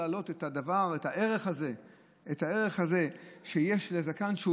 להעלות את הערך שיש לזקן,